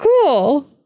cool